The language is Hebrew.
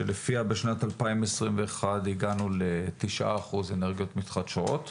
לפיה ב-2021 הגענו ל-9% אנרגיות מתחדשות,